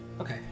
Okay